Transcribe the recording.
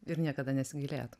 ir niekada nesigailėjot